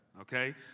okay